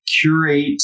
curate